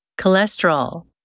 Cholesterol